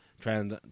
trying